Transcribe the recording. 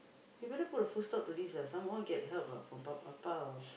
you better put a full stop to this ah somehow get help ah from Appa or